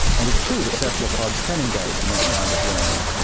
and it's true that cephalopods can engage in that kind of learning.